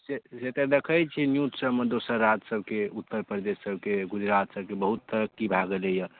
से तऽ देखै छिए न्यूज सबमे दोसर राज्य सबके उत्तर प्रदेश सबके गुजरात सबके बहुत तरक्की भऽ गेलै हँ